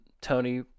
Tony